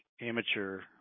amateur